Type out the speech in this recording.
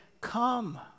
come